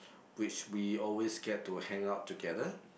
which we always get to hang out together